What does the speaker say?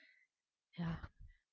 ya